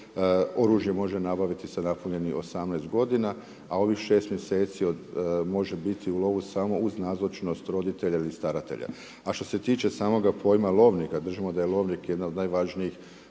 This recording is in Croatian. Oružje može nabaviti sa napunjenih 18 godina a ovih 6 mjeseci može biti u lovu samo uz nazočnost roditelja ili staratelja. A što se tiče samoga pojma lovnika, držimo da je lovnik jedna od najvažnijih